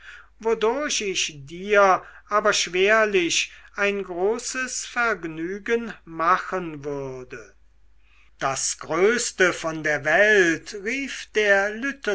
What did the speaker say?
ich dir aber schwerlich ein großes vergnügen machen würde das größte von der welt rief der